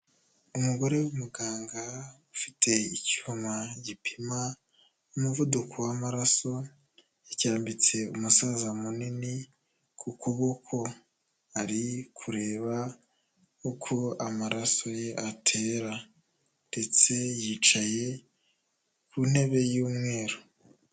Umugore w'umuganga, ufite icyuma gipima umuvuduko w'amaraso, yacyambitse umusaza munini ku kuboko, ari kureba uko amaraso ye atera ndetse yicaye ku ntebe y'umweru.